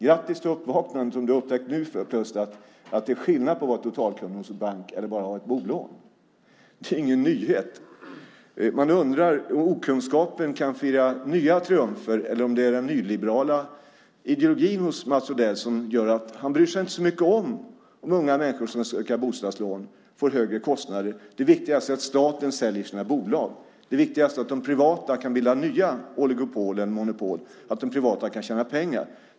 Grattis till uppvaknandet om du plötsligt nu har upptäckt att det är skillnad på att vara totalkund hos en bank eller att bara ha ett bolån. Det är ingen nyhet. Man undrar om okunskapen firar nya triumfer eller om det den nyliberala ideologin hos Mats Odell som gör att han inte bryr sig så mycket om att unga människor som vill söka bostadslån får högre kostnader. Det viktigaste är att staten säljer sina bolag. Det viktigaste är att de privata kan bilda nya oligopol eller monopol och att de privata kan tjäna pengar.